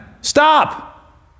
stop